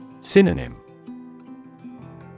Synonym